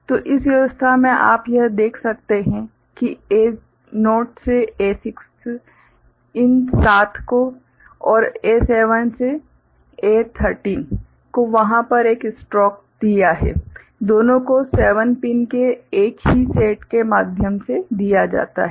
तो इस व्यवस्था में आप यह देख सकते हैं कि A0 से A6 इन 7 को और A7 से A13 को वहां पर एक स्ट्रोक दिया है दोनों को 7 पिन के एक ही सेट के माध्यम से दिया जाता है